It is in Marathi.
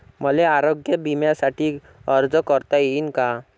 मले आरोग्य बिम्यासाठी अर्ज करता येईन का?